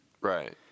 Right